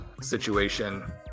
situation